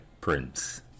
Prince